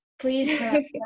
please